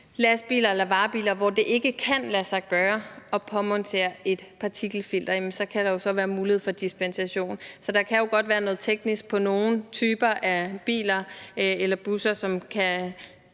lastbiler eller varebiler, hvor det ikke kan lade sig gøre at påmontere et partikelfilter, kan der jo så være mulighed for dispensation. Så der kan jo godt være noget teknisk i forhold til nogle typer af biler eller busser, som kan